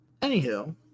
Anywho